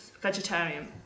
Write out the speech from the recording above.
vegetarian